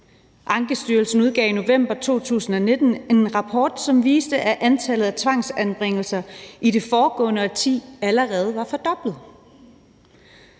Ankestyrelsen udgav i november 2019 en rapport, som viste, at antallet af tvangsanbringelser i det foregående årti allerede var fordoblet.